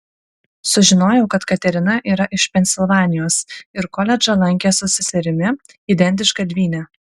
sužinojau kad katerina yra iš pensilvanijos ir koledžą lankė su seserimi identiška dvyne